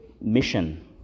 mission